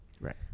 Right